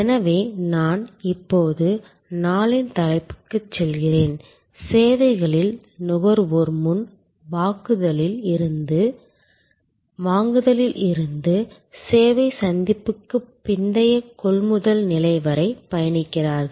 எனவே நான் இப்போது நாளின் தலைப்புக்கு செல்கிறேன் சேவைகளில் நுகர்வோர் முன் வாங்குதலில் இருந்து சேவை சந்திப்புக்கு பிந்தைய கொள்முதல் நிலை வரை பயணிக்கிறார்கள்